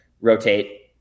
rotate